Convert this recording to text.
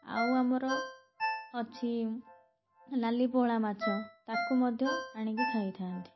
ଆଉ ଆମର ଅଛି ଲାଲି ପୋହଳା ମାଛ ତାକୁ ମଧ୍ୟ ଆଣିକି ଖାଇଥାନ୍ତି